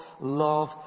love